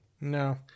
No